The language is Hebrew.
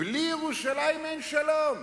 בלי ירושלים אין שלום.